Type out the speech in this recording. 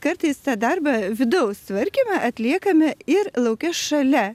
kartais tą darbą vidaus tvarkymą atliekame ir lauke šalia